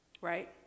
Right